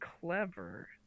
clever